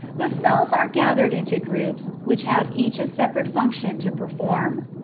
the cells are gathered into groups, which have each a separate function to perform.